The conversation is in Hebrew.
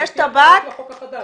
החוק החדש,